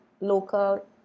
local